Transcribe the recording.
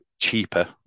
cheaper